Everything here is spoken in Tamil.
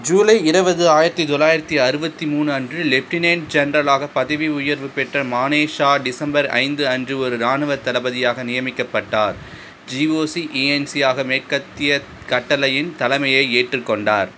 ஜூலை இருபது ஆயிரத்தி தொள்ளாயிரத்தி அறுபத்தி மூணு அன்று லெப்டினென்ட் ஜென்ரலாக பதவி உயர்வு பெற்ற மானேக்ஷா டிசம்பர் ஐந்து அன்று ஒரு இராணுவ தளபதியாக நியமிக்கப்பட்டார் ஜிஓசிஇஎன்சி ஆக மேற்கத்திய கட்டளையின் தலைமையை ஏற்றுக்கொண்டார்